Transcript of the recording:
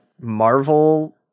Marvel